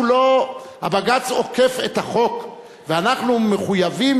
בג"ץ עוקף את החוק, ואנחנו מחויבים